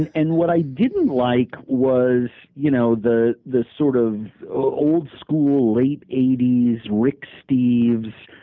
and and what i didn't like was you know the the sort of old-school, late eighty s, rick steves,